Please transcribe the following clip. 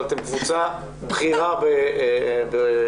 אבל אתם קבוצה בכירה בענף.